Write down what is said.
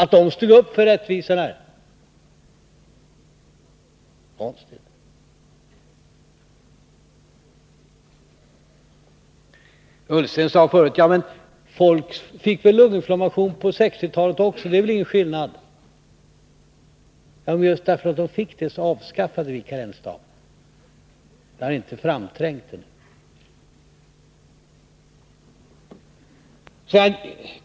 Ola Ullsten sade förut: Ja, men folk fick väl lunginflammation också på 1960-talet; det är väl ingen skillnad. Men just därför att de fick det, avskaffade vi karensdagarna.